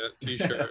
T-shirt